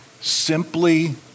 simply